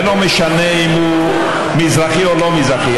ולא משנה אם הוא מזרחי או לא מזרחי,